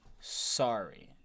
Sorry